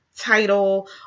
title